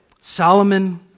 Solomon